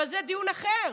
אבל זה דיון אחר.